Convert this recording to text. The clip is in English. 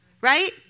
right